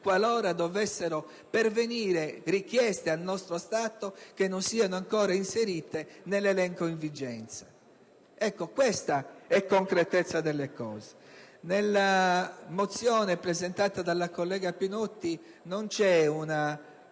qualora dovessero pervenire richieste al nostro Stato che non siano ancora inserite nell'elenco in vigenza. Ecco, questa è concretezza delle cose. Nella mozione presentata dalla collega Pinotti non vi è una